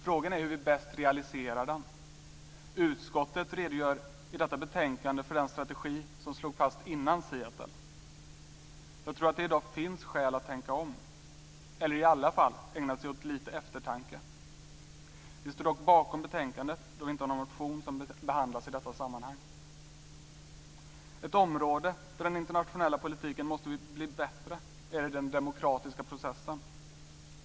Frågan är hur vi bäst realiserar den. Utskottet redogör i detta betänkande för den strategi som slogs fast före förhandlingarna i Seattle. Jag tror att det i dag finns skäl att tänka om eller i alla fall att ägna sig åt lite eftertanke. Vi står dock bakom hemställan i betänkandet då vi inte har någon motion som behandlas i detta sammanhang. Ett område där den internationella politiken måste bli bättre är den demokratiska processen.